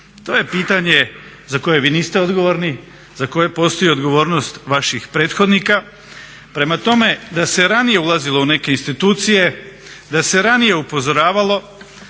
To je pitanje za koje vi niste odgovorni, za koje postoji odgovornost vaših prethodnika. Prema tome, da se ranije ulazilo u neke institucije, da se ranije upozoravalo,